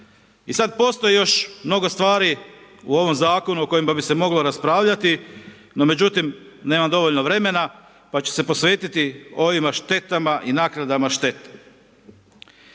I sad postoji još mnogo stvari u ovom Zakonu o kojima bi se moglo raspravljati, no međutim nemam dovoljno vremena pa ću se posvetiti ovima štetama i naknadama štete.